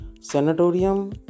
sanatorium